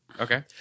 Okay